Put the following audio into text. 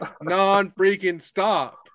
non-freaking-stop